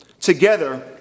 together